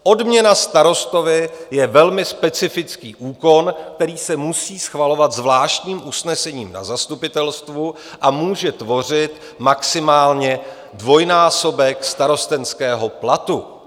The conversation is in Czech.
Odměna starostovi je velmi specifický úkon, který se musí schvalovat zvláštním usnesením na zastupitelstvu a může tvořit maximálně dvojnásobek starostenského platu.